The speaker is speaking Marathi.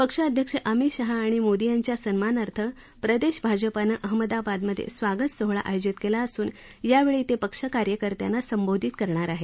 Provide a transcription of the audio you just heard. पक्षाध्यक्ष अमित शहा आणि मोदी यांच्या सन्मानार्थ प्रदेश भाजपाने अहमदाबादमधे स्वागत सोहळा आयोजित केला असून यावेळी ते पक्षकार्यकर्त्यांना संबोधित करणार आहेत